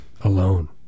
Alone